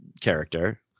character